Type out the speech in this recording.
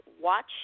watch